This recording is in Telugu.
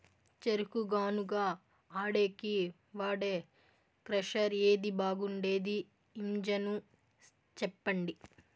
చెరుకు గానుగ ఆడేకి వాడే క్రషర్ ఏది బాగుండేది ఇంజను చెప్పండి?